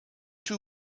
two